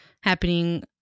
happening